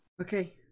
Okay